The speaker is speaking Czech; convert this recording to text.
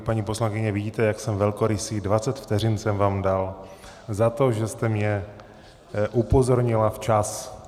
Paní poslankyně, vidíte, jak jsem velkorysý, dvacet vteřin jsem vám dal za to, že jste mě upozornila včas.